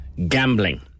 Gambling